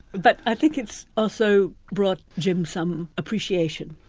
but i think it's also brought jim some appreciation.